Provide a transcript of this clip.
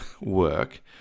work